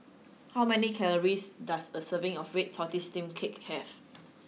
how many calories does a serving of red tortoise steamed cake have